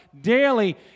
daily